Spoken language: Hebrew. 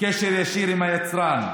קשר ישיר עם היצרן.